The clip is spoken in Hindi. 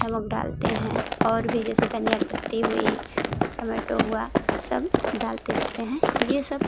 नमक डालते हैं और भी जैसे धनियाँ पत्ती हुई टोमेटो हुआ सब डालते बेते हैं ये सब